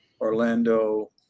Orlando